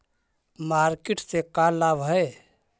Market से का लाभ है?